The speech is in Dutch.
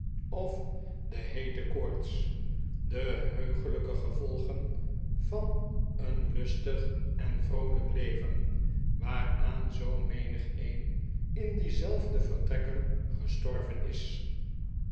of de heete koorts de heuglijke gevolgen van een lustig en vroolijk leven waaraan zoo menigeen in diezelfde vertrekken gestorven is